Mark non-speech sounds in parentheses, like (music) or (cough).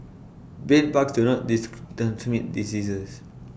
bedbugs do not (unintelligible) transmit diseases